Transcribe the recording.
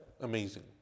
amazing